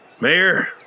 Mayor